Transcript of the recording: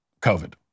COVID